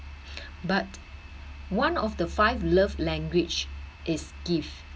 but one of the five love language is gift